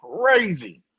crazy